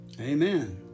Amen